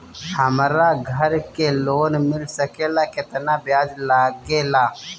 हमरा घर के लोन मिल सकेला केतना ब्याज लागेला?